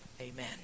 Amen